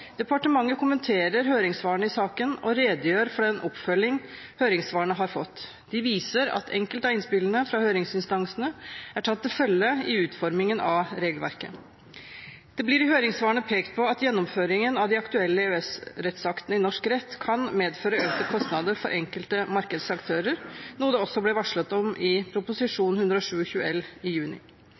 Departementet kommenterer høringssvarene i saken og redegjør for den oppfølging høringssvarene har fått. De viser at enkelte av innspillene fra høringsinstansene er tatt til følge i utformingen av regelverket. Det blir i høringssvarene pekt på at gjennomføringen av de aktuelle EØS-rettsaktene i norsk rett kan medføre kostnader for enkelte markedsaktører, noe det også ble varslet om i Prop. 127 L, i juni.